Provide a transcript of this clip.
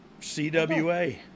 CWA